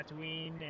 Tatooine